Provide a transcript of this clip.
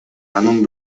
анын